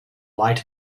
light